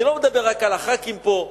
אני לא מדבר רק על חברי הכנסת פה,